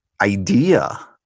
idea